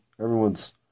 Everyone's